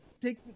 Take